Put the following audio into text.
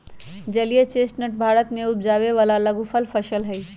जलीय चेस्टनट भारत में उपजावे वाला लघुफल फसल हई